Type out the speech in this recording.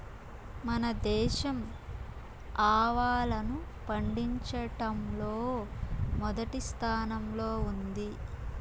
మన దేశం ఆవాలను పండిచటంలో మొదటి స్థానం లో ఉంది